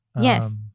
Yes